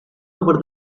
over